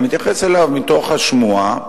אני מתייחס אליו מתוך השמועה.